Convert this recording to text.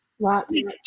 Lots